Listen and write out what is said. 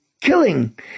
killing